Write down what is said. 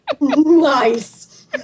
Nice